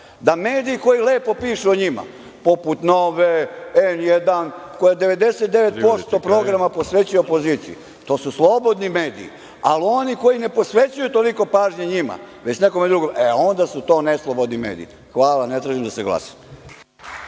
da mediji koji lepo pišu o njima, poput Nova, N1, koji 99% programa posvećuju opoziciji, to su slobodni mediji, ali oni koji ne posvećuju toliko pažnje njima, već nekome drugome, e onda su to neslobodni mediji. Hvala. Ne tražim da se glasa.